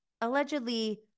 allegedly